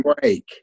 break